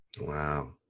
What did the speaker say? wow